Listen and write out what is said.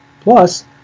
Plus